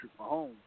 Mahomes